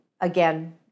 again